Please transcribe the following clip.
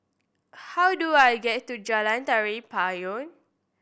how do I get to Jalan Tari Payong